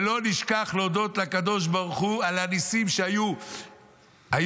ולא נשכח להודות לקדוש ברוך הוא על הנסים שהיו היום,